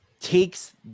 takes